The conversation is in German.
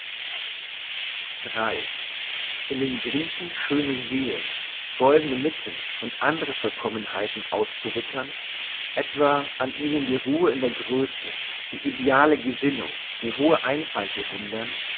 in den griechen schöne seelen goldene mitten und andre vollkommenheiten auszuwittern etwa an ihnen die ruhe in der grösse die ideale gesinnung die hohe einfalt bewundern